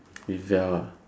if you're